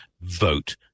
vote